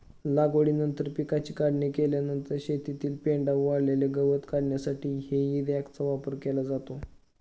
लागवडीनंतर पिकाची काढणी केल्यानंतर शेतातील पेंढा व वाळलेले गवत काढण्यासाठी हेई रॅकचा वापर केला जातो